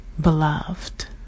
Beloved